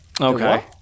Okay